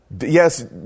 yes